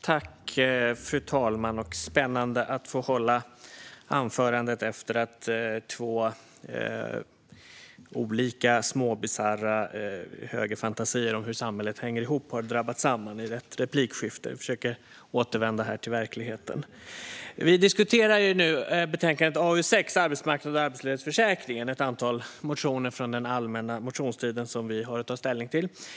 Fru talman! Spännande att få hålla sitt anförande efter att två olika småbisarra högerfantasier om hur samhället hänger ihop har drabbat samman i ett replikskifte! Jag ska försöka återvända till verkligheten. Vi diskuterar nu betänkandet AU6 Arbetsmarknad och arbetslöshetsförsäkringen , ett antal motioner från den allmänna motionstiden som vi har att ta ställning till.